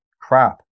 Crap